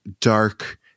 dark